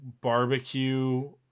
barbecue